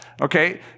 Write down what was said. Okay